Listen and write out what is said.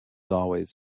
always